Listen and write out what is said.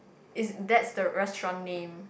it's that's the restaurant name